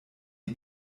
die